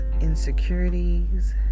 insecurities